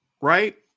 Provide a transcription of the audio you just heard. right